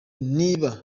niba